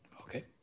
Okay